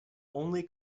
only